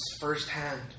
firsthand